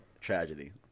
tragedy